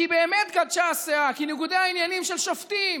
כי באמת גדשה הסאה, כי ניגודי העניינים של שופטים